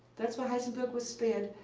that's why heisenberg was spared.